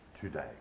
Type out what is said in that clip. today